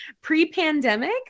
Pre-pandemic